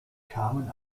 kamen